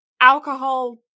alcohol